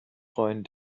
freuen